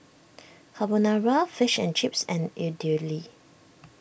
Carbonara Fish and Chips and Idili